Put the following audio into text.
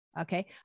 Okay